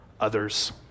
others